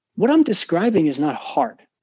what i'm describing is not hard,